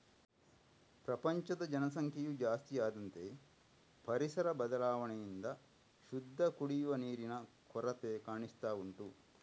ಪ್ರಪಂಚದ ಜನಸಂಖ್ಯೆಯು ಜಾಸ್ತಿ ಆದಂತೆ ಪರಿಸರ ಬದಲಾವಣೆಯಿಂದ ಶುದ್ಧ ಕುಡಿಯುವ ನೀರಿನ ಕೊರತೆ ಕಾಣಿಸ್ತಾ ಉಂಟು